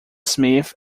smith